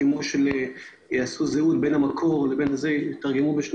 החשש שיעשו זיהוי בין המקור לבין השעה וכו'.